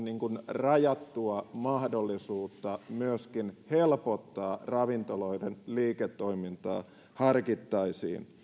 rajattua mahdollisuutta myöskin helpottaa ravintoloiden liiketoimintaa harkittaisiin